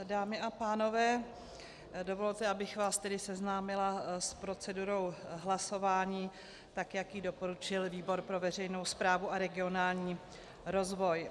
Dámy a pánové, dovolte, abych vás tedy seznámila s procedurou hlasování, tak jak ji doporučil výbor pro veřejnou správu a regionální rozvoj.